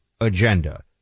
agenda